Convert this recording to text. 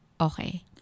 okay